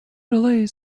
delays